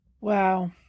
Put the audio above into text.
Wow